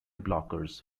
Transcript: blockers